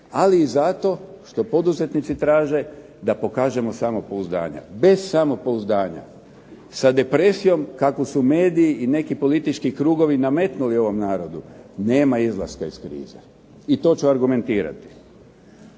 ali i zato što poduzetnici traže da pokažemo samopouzdanje. Bez samopouzdanja sa depresijom kakvu su mediji i neki politički krugovi nametnuli ovom narodu nema izlaska iz krize i to ću argumentirati.